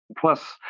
Plus